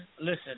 Listen